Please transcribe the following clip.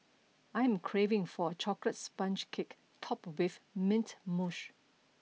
I am craving for a chocolate sponge cake topped with mint mousse